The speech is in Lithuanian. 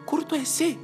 kur tu esi